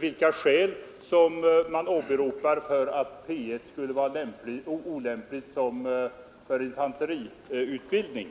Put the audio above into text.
vilka skäl man åberopar när man påstår att P 1 skulle vara mindre lämpligt för infanteriutbildning.